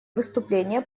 выступление